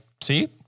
see